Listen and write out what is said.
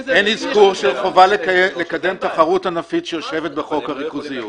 אין אזכור של חובה לקדם תחרות ענפית שיושבת בחוק הריכוזיות.